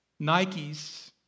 Nikes